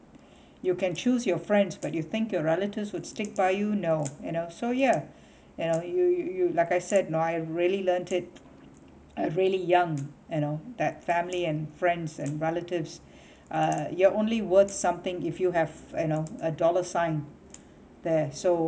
you can choose your friends but you think your relatives would stick by you no you know so yeah you know you you you like I said no I really learnt at really young you know that family and friends and relatives uh you're only worth something if you have you know a dollar sign there so